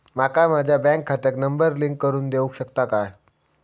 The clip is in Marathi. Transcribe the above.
माका माझ्या बँक खात्याक नंबर लिंक करून देऊ शकता काय?